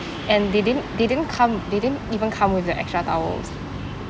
and they didn't they didn't come they didn't even come with the extra towels